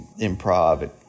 improv